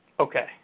Okay